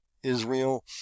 israel